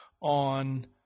on